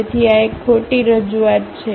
તેથી આ એક ખોટી રજૂઆત છે